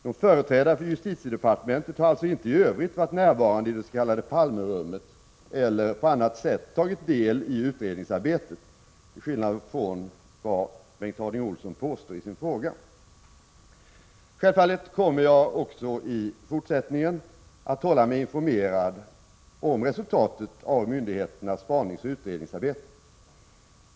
Någon företrädare för justitiedepartementet har alltså inte i övrigt varit närvarande i det s.k. Palmerummet eller på annat sätt tagit del i utredningsarbetet, till skillnad från vad Bengt Harding Olson påstår i sin fråga. Självfallet kommer jag även fortsättningsvis att hålla mig informerad om resultatet av myndigheternas spaningsoch utredningsarbete.